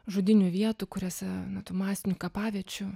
žudynių vietų kuriose na tų masinių kapaviečių